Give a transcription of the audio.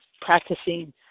practicing